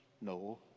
no